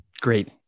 great